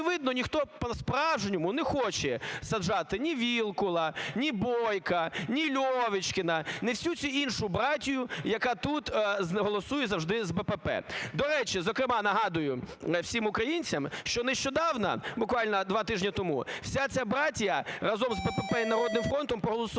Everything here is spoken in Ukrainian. ніхто по-справжньому не хоче саджати ні Вілкула, ні Бойка, ні Льовочкіна, ні всю ці іншу братію, яка тут голосує завжди з БПП. До речі, зокрема, нагадую всім українцям, що нещодавно, буквально два тижні тому, вся ця братія разом з БПП і "Народним фронтом" проголосувала